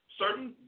certain